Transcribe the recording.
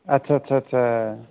अदसा आदसा आदसा आदसा